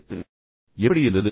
மேலும் எப்படி இருந்தது